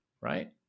right